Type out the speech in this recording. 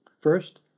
First